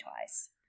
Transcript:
twice